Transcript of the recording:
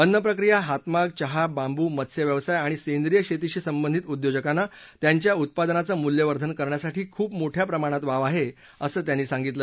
अन्नप्रक्रिया हातमाग चहा बांबू मत्स्यव्यवसाय आणि सेंद्रीय शेतीशी संबंधित उद्योजकांना त्यांच्या उत्पादनांचं मूल्यवर्धन करण्यासाठी खूप मोठ्या प्रमाणात वाव आहे असं त्यांनी सांगितलं